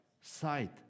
sight